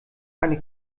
eine